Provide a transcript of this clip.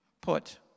put